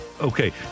Okay